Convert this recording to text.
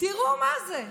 במטבח, תראו מה זה.